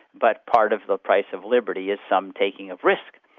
but part of the price of liberty is some taking of risk,